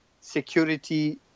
security